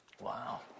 Wow